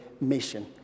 mission